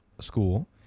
school